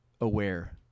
aware